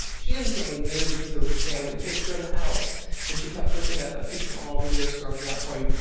she instantly knew because there was a family picture in the house and she kept looking at that picture all the years growing up, going,